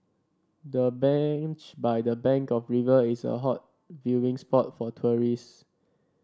the bench by the bank of river is a hot viewing spot for tourists